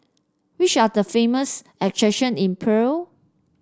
which are the famous attraction in Praia